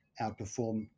outperform